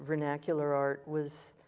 vernacular art, was